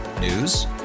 News